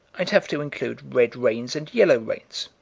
i'd have to include red rains and yellow rains,